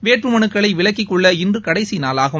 வேட்பு மலுக்களை விலக்கிக் கொள்ள இன்று கடைசி நாளாகும்